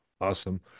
Awesome